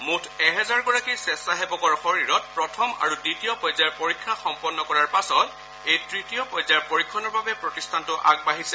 মুঠ এহেজাৰগৰাকী স্বেছাসেৱকৰ শৰীৰত প্ৰথম আৰু দ্বিতীয় পৰ্যায়ৰ পৰীক্ষা সম্পন্ন কৰাৰ পাছত এই পৰ্যায়ৰ পৰীক্ষণৰ বাবে প্ৰতিষ্ঠানটো আগবাঢ়িছে